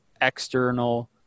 external